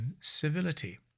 civility